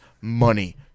money